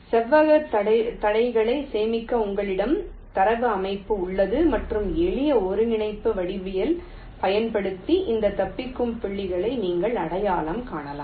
செவ்வக தடைகளை சேமிக்க உங்களிடம் தரவு அமைப்பு உள்ளது மற்றும் எளிய ஒருங்கிணைப்பு வடிவவியலைப் பயன்படுத்தி இந்த தப்பிக்கும் புள்ளிகளை நீங்கள் அடையாளம் காணலாம்